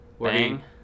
Bang